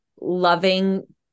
loving